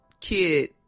kid